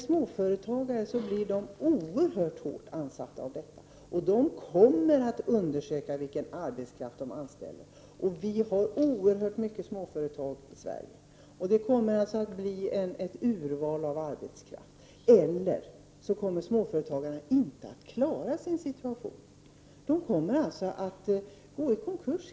Småföretagare blir oerhört hårt ansatta, och de kommer att undersöka vilken arbetskraft de anställer. Det finns oerhört många småföretag i Sverige, och det kommer att bli ett urval av arbetskraft. Eller också kommer småföretagarna inte att klara sin situation utan går helt enkelt i konkurs.